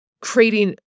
creating